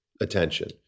attention